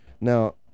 Now